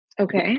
Okay